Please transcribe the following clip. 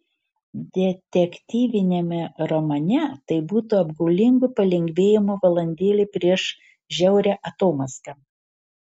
detektyviniame romane tai būtų apgaulingo palengvėjimo valandėlė prieš žiaurią atomazgą